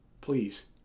please